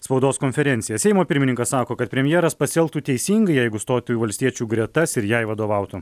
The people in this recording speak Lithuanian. spaudos konferenciją seimo pirmininkas sako kad premjeras pasielgtų teisingai jeigu stotų į valstiečių gretas ir jai vadovautų